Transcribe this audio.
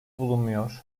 bulunmuyor